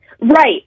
Right